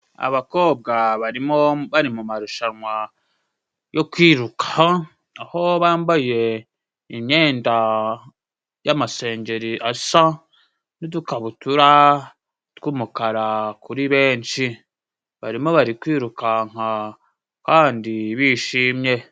Abakobwa barimo bari mumarushanwa yo kwiruka, aho bambaye imyenda y'amasengeri asa n'udukabutura tw'umukara kuri benshi. Narimo bari kwirukanka kandi bishimye.